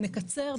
נקצר,